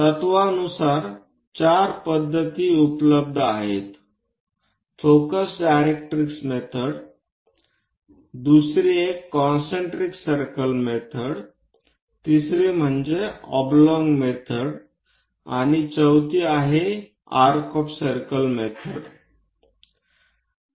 तत्वानुसार चार पद्धती उपलब्ध आहेत फोकस डायरेक्ट्रिक्स मेथड दुसरी कॉन्सन्ट्रिक सर्कल मेथड आहे तिसरा ओबलॉंग मेथड आणि चौथी आर्क ऑफ सर्कल मेथड आहे